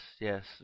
yes